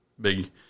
big